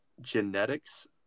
genetics